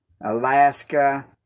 alaska